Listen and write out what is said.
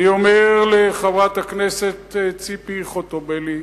אני אומר לחברת הכנסת ציפי חוטובלי,